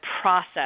process